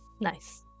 Nice